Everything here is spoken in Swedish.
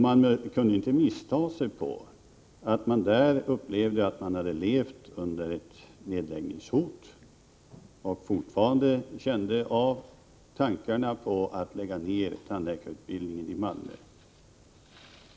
Man kunde inte missta sig på att de där upplevde att de haft ett nedläggningshot och fortfarande kände av hotet om att lägga ned tandläkarhögskolan i Malmö.